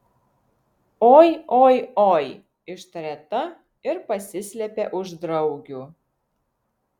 oi oi oi ištarė ta ir pasislėpė už draugių